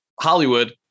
Hollywood